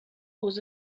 aux